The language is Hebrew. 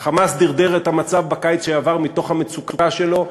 ה"חמאס" דרדר את המצב בקיץ שעבר מתוך המצוקה שלו,